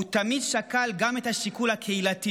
הוא תמיד שקל גם את השיקול הקהילתי,